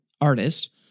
artist